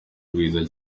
ubwiza